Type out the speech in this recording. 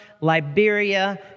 Liberia